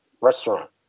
restaurant